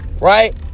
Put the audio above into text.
right